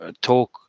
talk